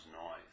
noise